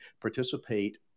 participate